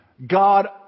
God